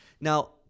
Now